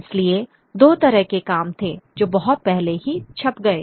इसलिए दो तरह के काम थे जो बहुत पहले ही छप गए